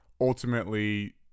ultimately